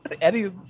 Eddie